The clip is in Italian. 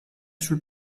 sul